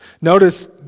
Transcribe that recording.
Notice